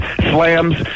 slams